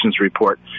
report